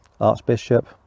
archbishop